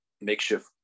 makeshift